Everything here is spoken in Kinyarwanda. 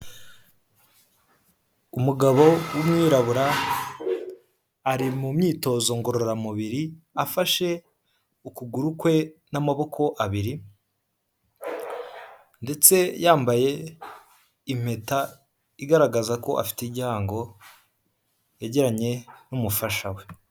Umugabo w'umwirabura ari mu myitozo ngorora mubiri afashe ukuguru kwe n'amaboko abiri, ndetse yambaye impeta igaragaza ko afite igihango yagiranye n'umufasha we.